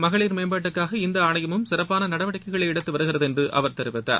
மகளிர் மேம்பாட்டுக்காக இந்த ஆணையமும் சிறப்பான நடவடிக்கைகளை எடுத்து வருகிறது என்று அவர் தெரிவித்தார்